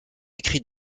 écrit